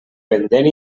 pendent